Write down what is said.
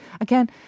again